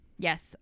Yes